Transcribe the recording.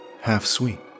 half-sweet